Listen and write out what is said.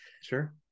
sure